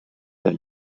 der